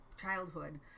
childhood